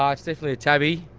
um it's definitely a tabby,